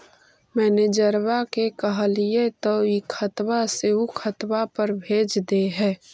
मैनेजरवा के कहलिऐ तौ ई खतवा से ऊ खातवा पर भेज देहै?